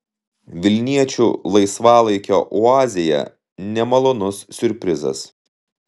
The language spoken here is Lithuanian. vilniečių laisvalaikio oazėje nemalonus siurprizas